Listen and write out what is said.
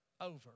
over